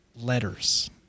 letters